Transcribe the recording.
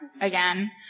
again